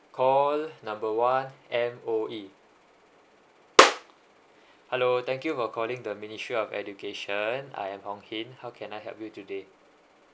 call number one M_O_E hello thank you for calling ministry of education I am ong hin